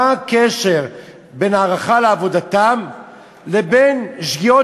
מה הקשר בין הערכה לעבודתן לבין שגיאות